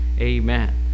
amen